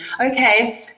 okay